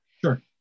Sure